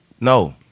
No